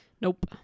Nope